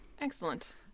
Excellent